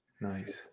Nice